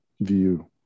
view